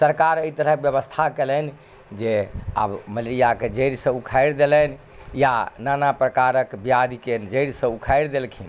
सरकार एहि तरहक व्यवस्था केलनि जे आब मलेरियाके जड़िसँ उखाइर देलनि या नाना प्रकारक ब्याधिके जड़िसँ उखारि देलखिन